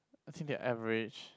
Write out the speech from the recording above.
I think they're average